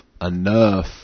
enough